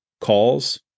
calls